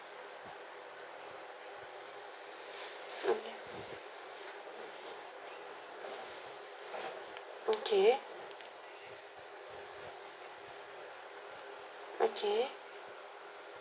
okay okay